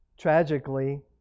Tragically